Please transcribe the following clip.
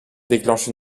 déclenche